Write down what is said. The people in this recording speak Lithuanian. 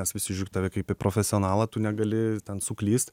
nes visi žiūri į tave kaip į profesionalą tu negali ten suklyst